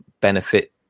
benefit